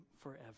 forever